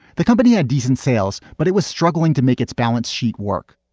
the company had decent sales, but it was struggling to make its balance sheet work.